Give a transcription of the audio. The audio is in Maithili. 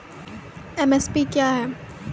एम.एस.पी क्या है?